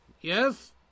Yes